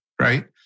right